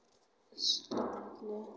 खोनाया